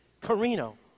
Carino